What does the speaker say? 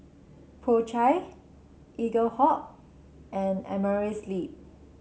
Po Chai Eaglehawk and Amerisleep